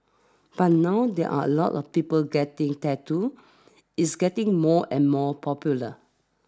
but now there are a lot of people getting tattoos it's getting more and more popular